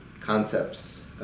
concepts